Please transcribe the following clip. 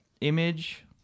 image